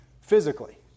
physically